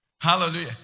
hallelujah